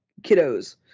kiddos